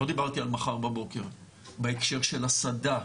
לא דיברתי על מחר בבוקר בהקשר של הסד"כ,